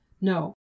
No